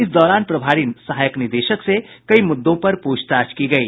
इस दौरान प्रभारी सहायक निदेशक से कई मुद्दों पर प्रछताछ की गयी